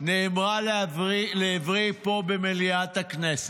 נאמרה לעברי פה במליאת הכנסת,